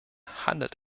handelt